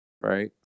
right